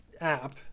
app